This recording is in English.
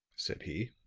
said he.